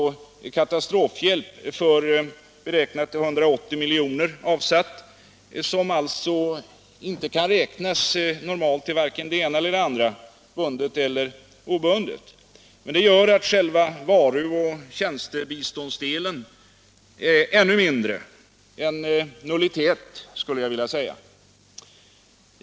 Det gör att själva varu och tjäns Internationellt utvecklingssamar ” tebiståndsdelen är ännu mindre — en nullitet, skulle jag vilja säga.